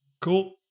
Cool